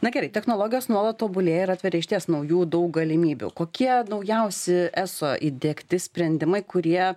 na gerai technologijos nuolat tobulėja ir atveria išties naujų daug galimybių kokie naujausi eso įdiegti sprendimai kurie